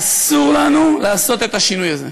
אסור לנו לעשות את השינוי הזה.